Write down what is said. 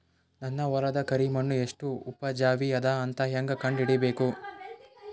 ನನ್ನ ಹೊಲದ ಕರಿ ಮಣ್ಣು ಎಷ್ಟು ಉಪಜಾವಿ ಅದ ಅಂತ ಹೇಂಗ ಕಂಡ ಹಿಡಿಬೇಕು?